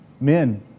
Men